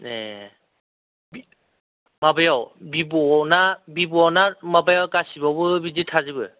ए माबायाव भिब' ना भिब' ना माबाया गासिबावबो बिदि थाजोबो